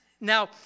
now